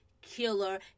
killer